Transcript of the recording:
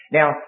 Now